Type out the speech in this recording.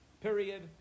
period